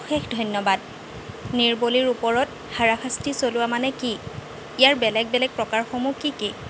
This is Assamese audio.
অশেষ ধন্যবাদ নিৰ্বলীৰ ওপৰত হাৰাশাস্তি চলোৱা মানে কি ইয়াৰ বেলেগ বেলেগ প্ৰকাৰসমূহ কি কি